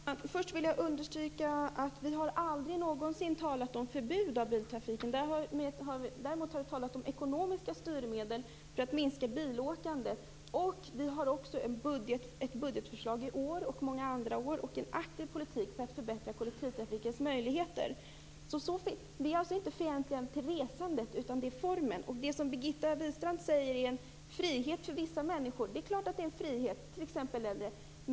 Fru talman! Först vill jag understryka att vi aldrig någonsin har talat om förbud för biltrafiken. Däremot har vi talat om ekonomiska styrmedel för att minska bilåkandet. Vi har ett budgetförslag i år, liksom många andra år, och en aktiv politik för att förbättra kollektivtrafikens möjligheter. Vi är alltså inte fientliga till resandet, utan formen. Birgitta Wistrand säger att det är en frihet för vissa människor. Det är klart att det är en frihet, t.ex. för äldre.